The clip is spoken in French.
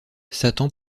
satan